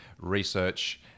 research